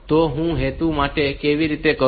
તો તે હેતુ માટે તે કેવી રીતે કરવું